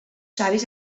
savis